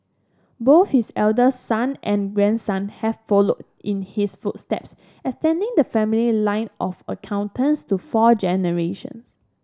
both his eldest son and grandson have followed in his footsteps extending the family line of accountants to four generation